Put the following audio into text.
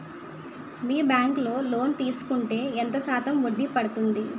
మీ bank లో loan తీసుకుంటే ఎంత శాతం వడ్డీ పడ్తుంది?